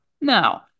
now